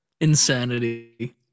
Insanity